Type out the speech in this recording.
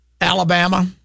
Alabama